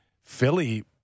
Philly